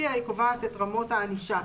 ולפיה היא קובעת את רמות הענישה.